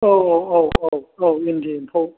औ औ औ औ औ इन्दि एम्फौ